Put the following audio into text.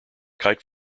kite